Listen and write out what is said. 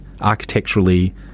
architecturally